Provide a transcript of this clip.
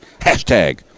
Hashtag